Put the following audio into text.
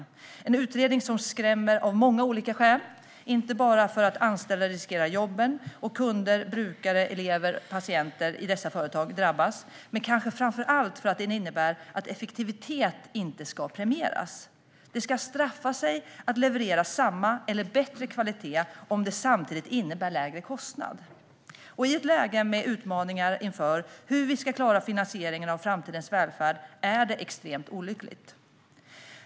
Det är en utredning som skrämmer av många olika skäl, inte bara för att anställda riskerar jobben och att kunder, brukare, elever och patienter i dessa företag drabbas utan kanske framför allt för att den innebär att effektivitet inte ska premieras. Det ska straffa sig att leverera samma eller bättre kvalitet om det samtidigt innebär lägre kostnad. I ett läge med utmaningar inför hur vi ska klara finansieringen av framtidens välfärd är det extremt olyckligt.